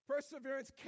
perseverance